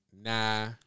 nah